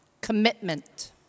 Commitment